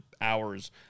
hours